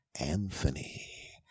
Anthony